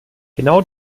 genau